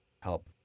help